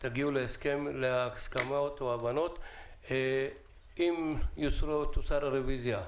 תגיעו להסכמות והבנות ותוסר הרוויזיה,